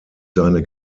seine